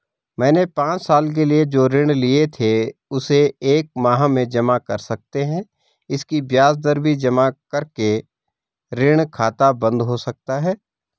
मैंने पांच साल के लिए जो ऋण लिए थे उसे एक माह में जमा कर सकते हैं इसकी ब्याज दर भी जमा करके ऋण खाता बन्द हो सकता है?